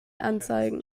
anzeigen